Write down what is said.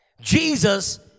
Jesus